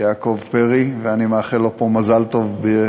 יעקב פרי, ואני מאחל לו מפה מזל טוב.